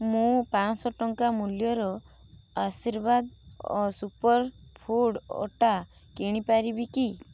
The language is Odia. ମୁଁ ପାଞ୍ଚଶହ ଟଙ୍କା ମୂଲ୍ୟର ଆଶୀର୍ବାଦ ସୁପର ଫୁଡ଼୍ ଅଟା କିଣି ପାରିବି କି